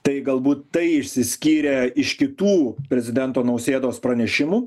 tai galbūt tai išsiskyrė iš kitų prezidento nausėdos pranešimų